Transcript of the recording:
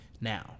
Now